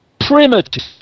primitive